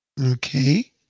Okay